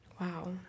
Wow